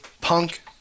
Punk